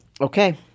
Okay